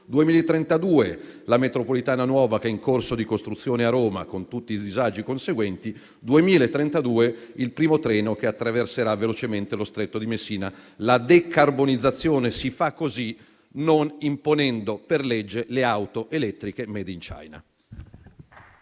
la metropolitana nuova che è in corso di costruzione a Roma, con tutti i disagi conseguenti, e il primo treno che attraverserà velocemente lo Stretto di Messina. La decarbonizzazione si fa così e non imponendo per legge le auto elettriche *made in China*.